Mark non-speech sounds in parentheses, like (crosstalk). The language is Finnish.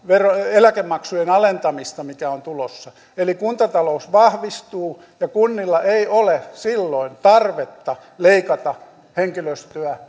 eläkemaksujen alentamista mikä on tulossa eli kuntatalous vahvistuu ja kunnilla ei ole silloin tarvetta leikata henkilöstöä (unintelligible)